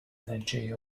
energy